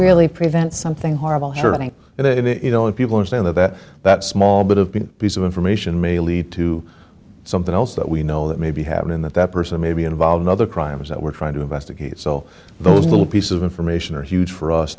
really prevent something horrible sure i think it only people are saying that that small bit of big piece of information may lead to something else that we know that may be happening that that person may be involved in other crimes that we're trying to investigate so those little pieces of information are huge for us